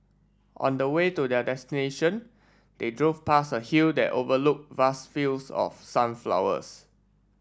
on the way to their destination they drove past a hill that overlooked vast fields of sunflowers